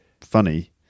funny